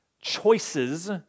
Choices